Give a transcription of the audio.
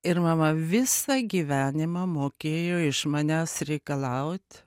ir mama visą gyvenimą mokėjo iš manęs reikalaut